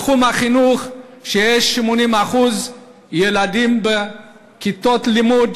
בתחום החינוך, שיש 80% בכיתות לימוד